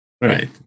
Right